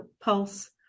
Pulse